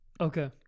Okay